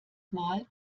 mal